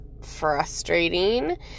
frustrating